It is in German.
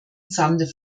sande